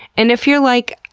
and if you're like,